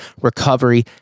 recovery